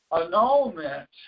Annulment